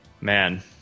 man